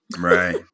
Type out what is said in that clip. Right